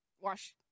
wash